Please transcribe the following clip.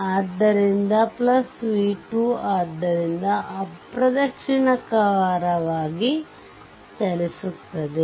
ಆದ್ದರಿಂದ v2 ಆದ್ದರಿಂದ ಅಪ್ರದಕ್ಷಿಣವಾಗಿ ಚಲಿಸುತ್ತದೆ